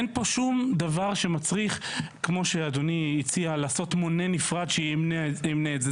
אין פה שום דבר שמצריך לעשות מונה נפרד שימנה את זה.